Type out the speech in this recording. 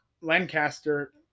Lancaster